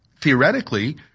theoretically